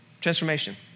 transformation